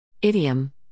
Idiom